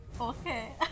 Okay